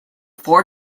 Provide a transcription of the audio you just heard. four